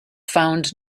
found